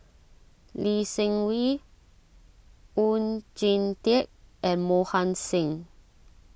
Lee Seng Wee Oon Jin Teik and Mohan Singh